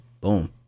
boom